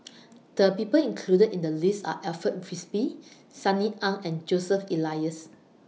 The People included in The list Are Alfred Frisby Sunny Ang and Joseph Elias